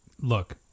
look